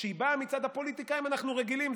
כשהיא באה מצד הפוליטיקאים אנחנו רגילים,